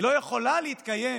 היא לא יכולה להתקיים